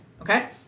Okay